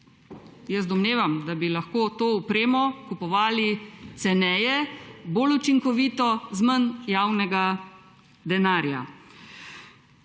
Jaz domnevam, da bi lahko to opremo kupovali ceneje, bolj učinkovito, z manj javnega denarja.